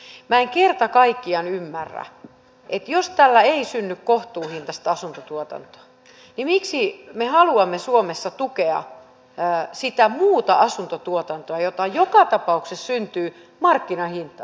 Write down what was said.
minä en kerta kaikkiaan ymmärrä jos tällä ei synny kohtuuhintaista asuntotuotantoa miksi me haluamme suomessa tukea sitä muuta asuntotuotantoa jota joka tapauksessa syntyy markkinahintaan